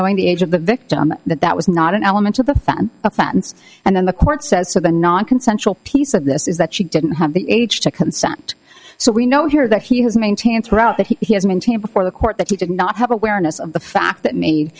knowing the age of the victim that that was not an element of the found offense and then the court says so the nonconsensual piece of this is that she didn't have the age to consent so we know here that he has maintained throughout that he has maintained before the court that he did not have awareness of the fact that made